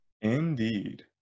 indeed